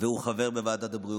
והוא חבר בוועדת הבריאות,